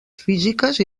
físiques